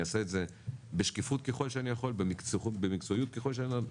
אני אעשה את זה בשקיפות ככל שאני יכול ובמקצועיות ככל שאני יכול,